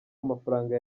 amafaranga